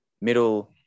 middle